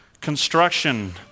construction